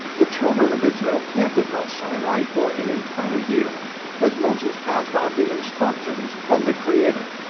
the children of israel camped at mount sinai for an entire year as moses passed on the instructions from the creator.